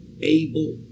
able